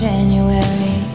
January